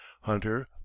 hunter